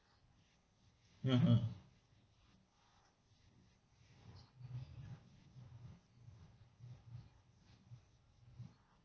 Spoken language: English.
mmhmm